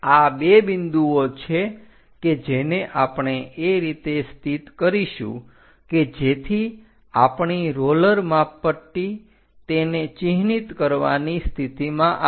આ એ બિંદુઓ છે કે જેને આપણે એ રીતે સ્થિત કરીશું કે જેથી આપણી રોલર માપપટ્ટી તેને ચિહ્નિત કરવાની સ્થિતિમાં આવે